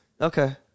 Okay